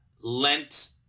lent